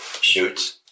shoots